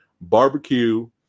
barbecue